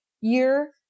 year